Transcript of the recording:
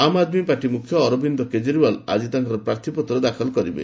ଆମ ଆଦମୀ ପାର୍ଟି ମୁଖ୍ୟ ଅରବିନ୍ଦ କେଜରିଓ୍ୱାଲ ଆଜି ତାଙ୍କର ପ୍ରାର୍ଥୀପତ୍ର ଦାଖଲ କରିବେ